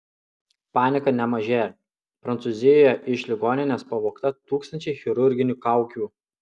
panika nemažėją prancūzijoje iš ligoninės pavogta tūkstančiai chirurginių kaukių